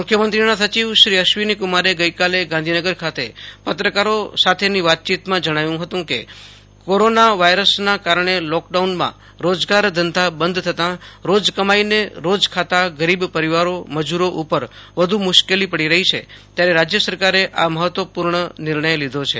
મુખ્યમંત્રીના સચિવ શ્રી અશ્વિનીકુમારે ગાંધીનગરમાં પત્રકારો સાથેની વાતચીતમાં જણાવ્યું હતું કે કોરોના વાયરસના કારણે લોકડાઉનમાં રોજગાર ધંધા બંધ થતાં રોજ કમાઇને રોજ ખાતા ગરીબ પરિવારો મજૂરો ઉપર વધુ મુશ્કેલી પડી રહી છે તેયારે રાજ્ય સરકારે આ મહત્વનો નિર્ણય લીધો છે